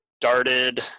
started